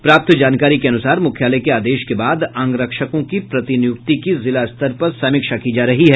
प्राप्त जानकारी के अनुसार मुख्यालय के आदेश के बाद अंगरक्षकों की प्रतिनियुक्ति की जिला स्तर पर समीक्षा की जा रही है